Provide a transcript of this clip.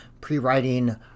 pre-writing